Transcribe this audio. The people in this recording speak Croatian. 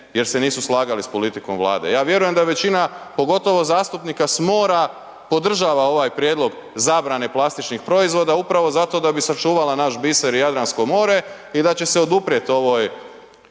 jer se nisu slagali s politikom Vlade. Ja vjerujem da je većina, pogotovo zastupnika s mora podržava ovaj prijedlog zabrane plastičnih proizvoda upravo zato da bi sačuvala naš biser Jadransko more i da će se oduprijet ovoj